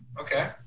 Okay